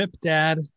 dad